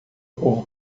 povo